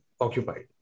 occupied